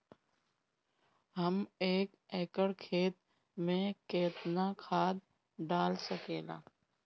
हम एक एकड़ खेत में केतना खाद डाल सकिला?